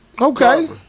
Okay